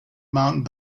mount